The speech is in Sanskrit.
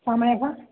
समयः